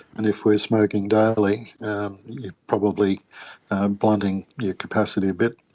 and if we are smoking daily, you're probably blunting your capacity a bit,